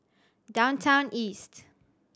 Downtown East